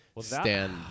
stand